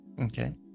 Okay